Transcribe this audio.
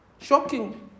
Shocking